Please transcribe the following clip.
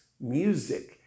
music